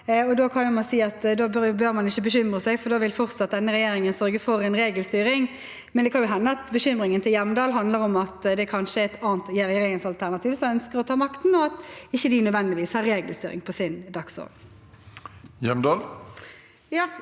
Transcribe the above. da bør man ikke bekymre seg, for da vil denne regjeringen fortsatt sørge for en regelstyring, men det kan jo hende at bekymringen til Hjemdal handler om at det kanskje er et annet regjeringsalternativ som ønsker å ta makten, og at de ikke nødvendigvis har regelstyring på sin dagsorden.